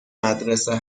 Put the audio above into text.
مدرسه